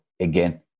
Again